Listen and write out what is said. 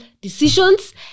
decisions